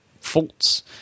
faults